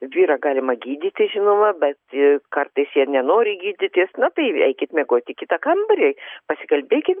vyrą galima gydyti žinoma bet kartais jie nenori gydytis na tai eikit miegoti į kitą kambarį pasikalbėkim